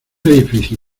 edificio